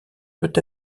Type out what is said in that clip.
peut